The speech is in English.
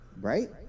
right